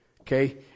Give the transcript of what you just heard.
Okay